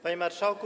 Panie Marszałku!